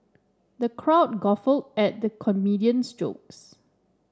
the crowd guffawed at the comedian's jokes